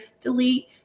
Delete